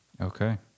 Okay